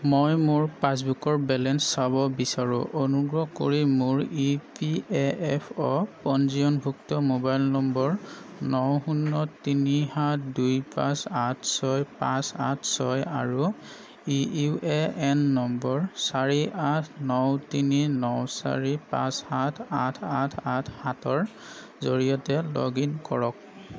মই মোৰ পাছবুকৰ বেলেঞ্চ চাব বিচাৰোঁ অনুগ্ৰহ কৰি মোৰ ই পি এফ অ' পঞ্জীয়নভুক্ত মোবাইল নম্বৰ ন শূন্য তিনি সাত দুই পাঁচ আঠ ছয় পাঁচ আঠ ছয় আৰু ইউ এ এন নম্বৰ চাৰি আঠ ন তিনি ন চাৰি পাঁচ সাত আঠ আঠ আঠ সাতৰ জৰিয়তে লগ ইন কৰক